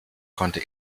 konnte